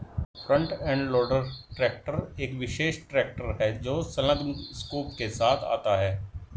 front end loader tractor एक विशेष tractor है जो संलग्न स्कूप के साथ आता है